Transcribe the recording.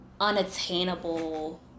unattainable